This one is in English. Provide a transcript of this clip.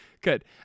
good